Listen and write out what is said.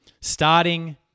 Starting